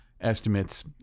estimates